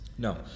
No